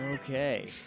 Okay